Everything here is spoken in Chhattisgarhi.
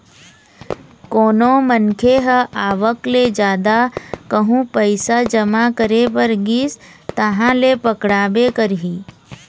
कोनो मनखे ह आवक ले जादा कहूँ पइसा जमा करे बर गिस तहाँ ले पकड़ाबे करही